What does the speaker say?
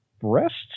breasts